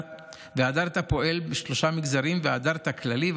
"והדרת" פועל בשלושה מגזרים: "והדרת" כללי,